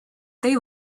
they